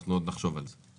אנחנו עוד נחשוב על זה.